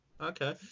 Okay